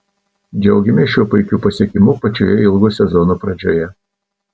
džiaugiamės šiuo puikiu pasiekimu pačioje ilgo sezono pradžioje